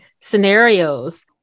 scenarios